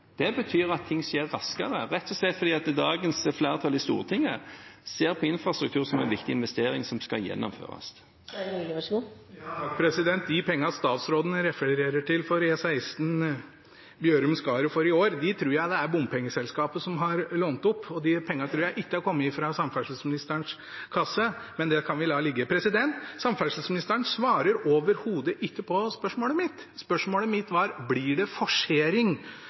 betyr at ting skjer raskere, rett og slett fordi dagens flertall i Stortinget ser på infrastruktur som en viktig investering som skal gjennomføres. De pengene statsråden refererer til for E16 Bjørum–Skaret for i år, tror jeg det er bompengeselskapet som har lånt opp, og de pengene tror jeg ikke har kommet fra samferdselsministerens kasse. Men det kan vi la ligge. Samferdselsministeren svarer overhodet ikke på spørsmålet mitt. Spørsmålet mitt var: Blir det forsering